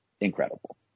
incredible